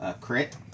Crit